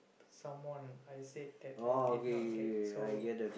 someone I say that I did not get so